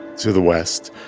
to the west.